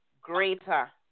greater